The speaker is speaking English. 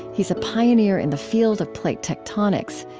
he's a pioneer in the field of plate tectonics.